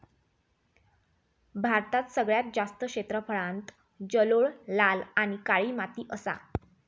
भारतात सगळ्यात जास्त क्षेत्रफळांत जलोळ, लाल आणि काळी माती असा